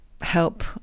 help